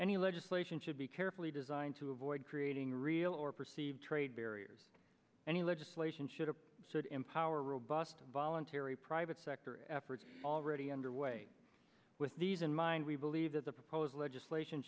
any legislation should be carefully designed to avoid creating real or perceived trade barriers any legislation should have said empower robust voluntary private sector efforts already underway with these in mind we believe that the proposed legislation